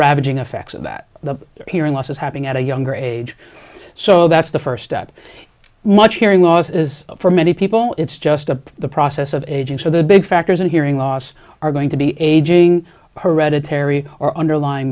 ravaging effects of that hearing loss is happening at a younger age so that's the first step much hearing loss is for many people it's just a the process of aging so the big factors in hearing loss are going to be aging hereditary or underlying